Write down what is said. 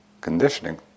conditioning